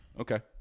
Okay